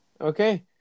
Okay